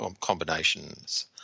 combinations